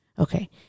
Okay